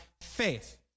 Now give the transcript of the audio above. faith